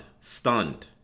stunned